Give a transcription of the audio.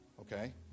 Okay